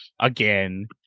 again